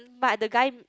but the guy